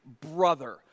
brother